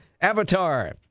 Avatar